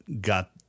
got